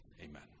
Amen